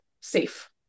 safe